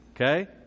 Okay